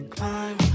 climb